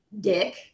Dick